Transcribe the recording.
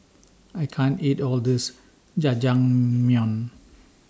I can't eat All of This Jajangmyeon